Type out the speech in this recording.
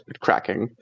cracking